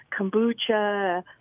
Kombucha